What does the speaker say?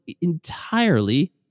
entirely